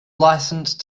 licensed